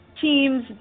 teams